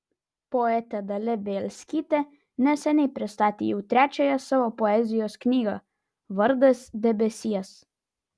poetė dalia bielskytė neseniai pristatė jau trečiąją savo poezijos knygą vardas debesies